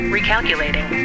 Recalculating